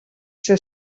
ser